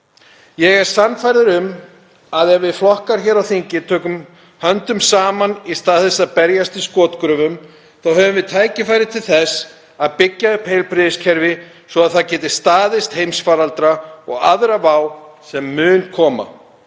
Ég er sannfærður um að ef flokkar hér á þingi taka höndum saman í stað þess að berjast í skotgröfum þá höfum við tækifæri til þess að byggja upp heilbrigðiskerfi svo það geti staðist heimsfaraldra og aðra vá sem mun koma.